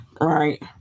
right